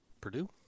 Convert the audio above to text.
Purdue